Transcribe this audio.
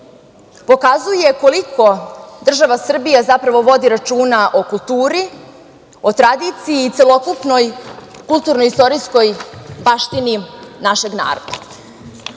pokazuje koliko država Srbija zapravo vodi računa o kulturi, o tradiciji i celokupnoj kulturno-istorijskoj baštini našeg naroda.U